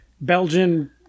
Belgian